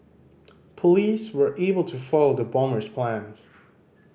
police were able to foil the bomber's plans